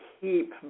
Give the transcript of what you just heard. keep